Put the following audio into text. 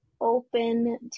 open